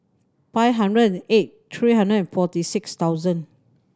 five hundred and eight three hundred and forty six thousand